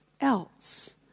else